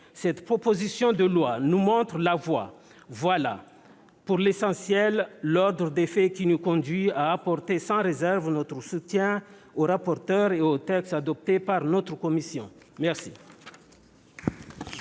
d'expression locale et nous montre la voie. Voilà, pour l'essentiel, l'ordre des faits qui nous conduit à apporter sans réserve notre soutien au rapporteur et au texte adopté par notre commission des